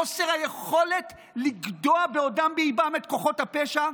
חוסר היכולת לגדוע בעודם באיבם את כוחות הפשע,